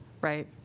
right